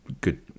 good